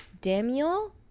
Daniel